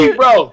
bro